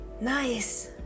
Nice